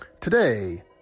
Today